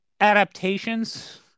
Adaptations